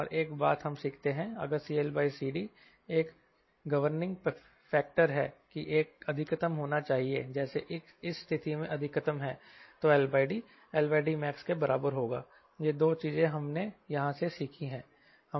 और एक बात हम सीखते हैं अगर CLCD एक गवर्निंग फैक्टर है कि यह अधिकतम होना चाहिए जैसे इस स्थिति में अधिकतम है तो LD LDmax के बराबर होगायह दो चीजें हमने यहां से सीखी है